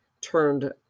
turned